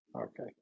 Okay